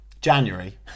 January